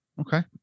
Okay